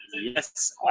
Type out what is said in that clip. yes